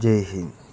Jai Hind